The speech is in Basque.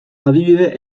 adibide